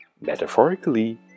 metaphorically